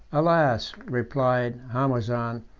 alas! replied harmozan,